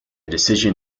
decision